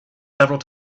several